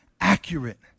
accurate